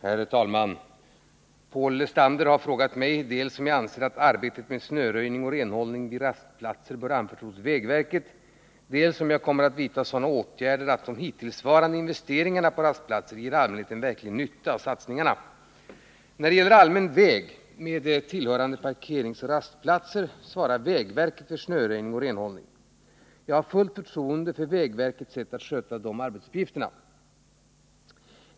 Herr talman! Paul Lestander har frågat mig dels om jag anser att arbetet med snöröjning och renhållning vid rastplatser bör anförtros vägverket, dels om jag kommer att vidta sådana åtgärder att de hittillsvarande investeringarna på rastplatser ger allmänheten verklig nytta av satsningarna. När det gäller allmän väg med tillhörande parkeringsoch rastplatser svarar vägverket för snöröjning och renhållning. Jag har fullt förtroende för vägverkets sätt att sköta dessa arbetsuppgifter.